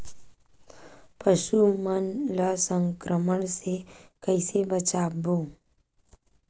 पशु मन ला संक्रमण से कइसे बचाबो?